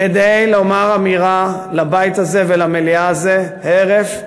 כדי לומר אמירה לבית הזה ולמליאה הזאת, הרף,